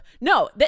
No